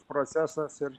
procesas ir